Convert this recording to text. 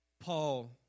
Paul